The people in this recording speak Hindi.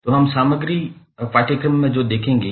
तो हम पाठ्यक्रम सामग्री को देखेंगे